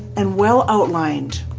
and well outlined.